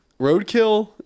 Roadkill